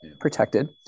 protected